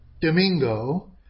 Domingo